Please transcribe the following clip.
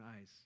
eyes